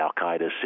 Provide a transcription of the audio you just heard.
al-Qaeda